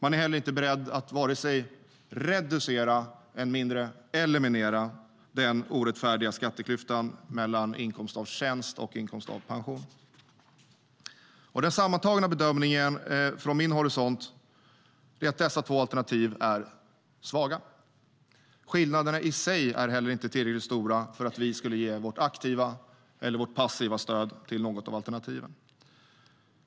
De är inte heller beredda att reducera, än mindre eliminera, den orättfärdiga skatteklyftan mellan inkomst av tjänst och inkomst av pension. Den sammantagna bedömningen är från min utgångspunkt att dessa två alternativ är svaga. Skillnaderna i sig är inte tillräckligt stora för att vi skulle ge vårt aktiva eller passiva stöd till något av alternativen.